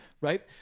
right